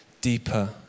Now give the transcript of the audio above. deeper